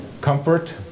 comfort